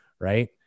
Right